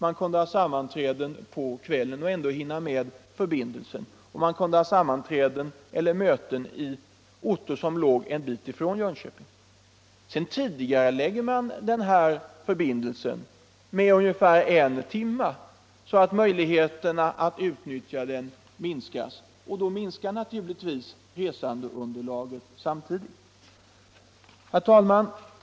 Man kunde ha sammanträden på kvällen och ändå hinna med förbindelsen, och man kunde även ha sammanträden eller möten i orter som låg en bit ifrån Jönköping. Sedan tidigarelades den här förbindelsen med ungefär en timme, så att möjligheterna att utnyttja den minskade. Då minskas naturligtvis resandeunderlaget samtidigt. Herr talman!